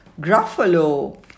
Gruffalo